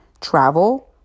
travel